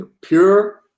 Pure